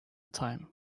time